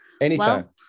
Anytime